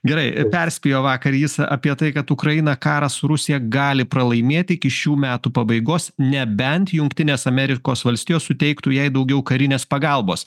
gerai perspėjo vakar jis apie tai kad ukraina karą su rusija gali pralaimėt iki šių metų pabaigos nebent jungtinės amerikos valstijos suteiktų jai daugiau karinės pagalbos